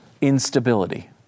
instability